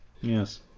Yes